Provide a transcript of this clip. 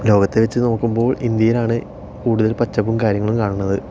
ലോകത്തിൽ വച്ച് നോക്കുമ്പോൾ ഇന്ത്യയിലാണ് കൂടുതൽ പച്ചപ്പും കാര്യങ്ങളും കാണുന്നത്